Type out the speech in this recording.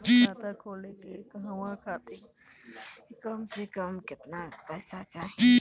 खाता खोले के कहवा खातिर कम से कम केतना पइसा चाहीं?